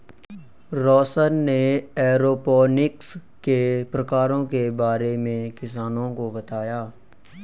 रौशन ने एरोपोनिक्स के प्रकारों के बारे में किसानों को बताया